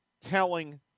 telling